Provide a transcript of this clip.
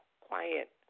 quiet